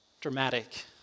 dramatic